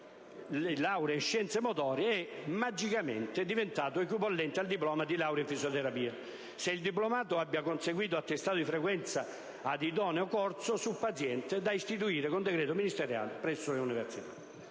di laurea in scienze motorie è» (magicamente diventato) «equipollente al diploma di laurea in fisioterapia, se il diplomato abbia conseguito attestato di frequenza ad idoneo corso su paziente, da istituire con decreto ministeriale, presso le università».